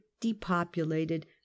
depopulated